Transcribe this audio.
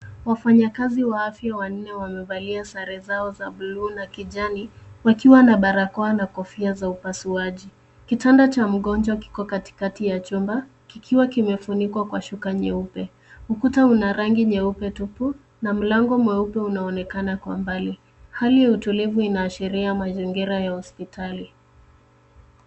Wafanyakazi wa afya wanne wamevalia sare zao za blue na kijani wakiwa na barakoa na kofia za upasuaji. Kitanda cha mgonjwa kiko katikati ya chumba kikiwa kimefunikwa kwa shuka nyeupe. Ukuta una rangi nyeupe tupu na mlango mweupe unaonekana kwa mbali. Hali ya utulivu inaashiria mazingira ya hospitali.